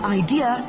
idea